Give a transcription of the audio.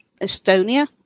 Estonia